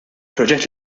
proġett